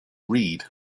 read